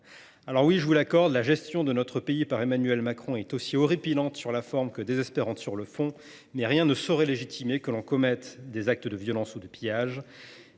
! Oui, je vous l’accorde, la gestion de notre pays par Emmanuel Macron est aussi horripilante sur la forme que désespérante sur le fond, mais rien ne saurait légitimer que l’on commette des actes de violence et de pillage.